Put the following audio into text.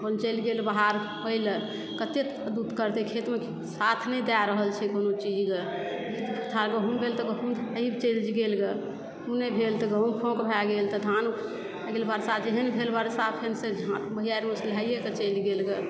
अपन चलि गेल बाहर कमबै लए कते करदूत करतै खेतमे साथ नहि दय रहल छै कोनो चीज ग दू पथार गहूॅंम भेल तऽ गहूॅंम एहिमे चलि गेल ग ओ नहि भेल तऽ गहूॅंम फाँक भेल ग धान भए गेल वर्षा जहन भेल वर्षा फेन सॅं झाइट विहारि बहैया क चलि गेल ग